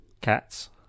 Cats